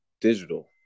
digital